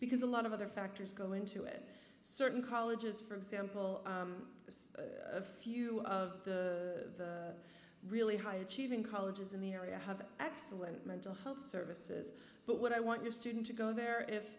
because a lot of other factors go into it certain colleges for example a few of the really high achieving colleges in the area have excellent mental health services but what i want your student to go there if